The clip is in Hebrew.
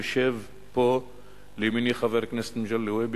יושב פה לימיני חבר הכנסת מגלי והבה,